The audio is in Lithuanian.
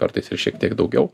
kartais ir šiek tiek daugiau